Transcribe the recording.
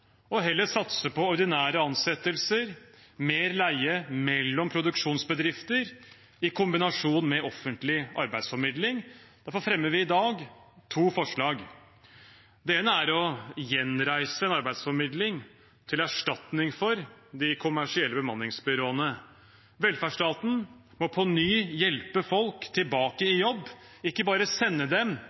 heller satse på ordinære ansettelser og mer leie mellom produksjonsbedrifter i kombinasjon med offentlig arbeidsformidling. Derfor fremmer vi i dag to forslag. Det ene er å gjenreise en arbeidsformidling til erstatning for de kommersielle bemanningsbyråene. Velferdsstaten må på ny hjelpe folk tilbake i jobb, ikke bare sende dem